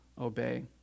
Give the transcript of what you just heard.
obey